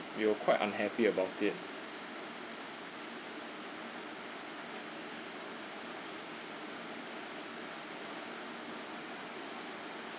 we were quite unhappy about it